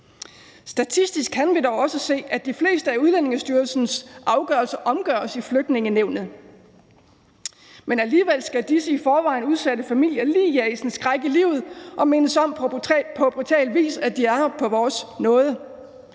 Statistisk kan vi dog også se, at de fleste af Udlændingestyrelsens afgørelser omgøres i Flygtningenævnet, men alligevel skal disse i forvejen udsatte familier lige jages en skræk i livet og mindes om på brutal vis, at de er her på vores nåde.